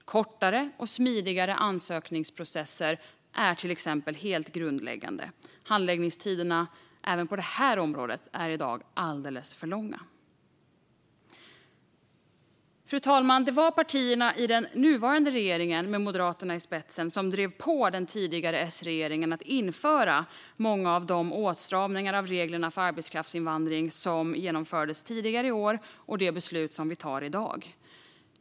Kortare och smidigare ansökningsprocesser är till exempel helt grundläggande. Handläggningstiderna även på detta område är i dag alldeles för långa. Fru talman! Det var partierna i den nuvarande regeringen med Moderaterna i spetsen som drev på den tidigare S-regeringen att införa många av de åtstramningar av reglerna för arbetskraftsinvandring som genomfördes tidigare i år liksom det beslut som vi tar i dag.